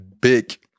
big